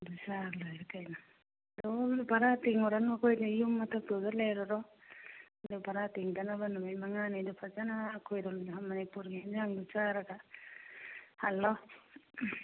ꯑꯗꯨ ꯆꯥꯔ ꯂꯣꯏꯔꯦ ꯀꯩꯅꯣ ꯚꯔꯥ ꯇꯤꯡꯂꯨꯔꯅꯨ ꯑꯩꯈꯣꯏꯗ ꯌꯨꯝ ꯃꯊꯛꯇꯨꯗ ꯂꯩꯔꯔꯣ ꯑꯗꯨꯅꯤ ꯚꯔꯥ ꯇꯤꯡꯗꯅꯕ ꯅꯨꯃꯤꯠ ꯃꯉꯥꯅꯤꯗꯨ ꯐꯖꯅ ꯑꯩꯈꯣꯏ ꯔꯣꯝ ꯃꯅꯤꯄꯨꯔꯒꯤ ꯑꯦꯟꯁꯥꯡꯗꯨ ꯆꯥꯔꯒ ꯍꯜꯂꯣ